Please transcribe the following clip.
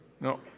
No